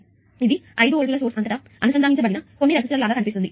కాబట్టిఇది 5 volts source అంతటా అనుసంధానించబడిన కొన్ని రెసిస్టర్ల లాగా కనిపిస్తుంది